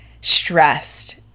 stressed